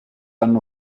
hanno